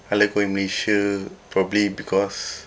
I like going malaysia probably because